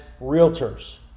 realtors